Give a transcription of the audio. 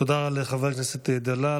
תודה לחבר הכנסת דלל.